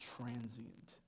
transient